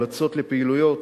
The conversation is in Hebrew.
המלצות לפעילויות,